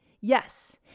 Yes